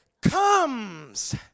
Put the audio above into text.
comes